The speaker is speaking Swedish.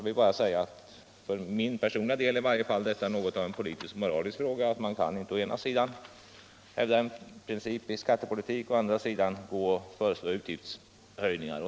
I varje fall för mig är detta något av en politisk och moralisk fråga. Man kan inte å ena sidan hävda en sådan princip i skattepolitiken och å andra sidan föreslå utgiftshöjningar.